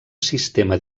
sistema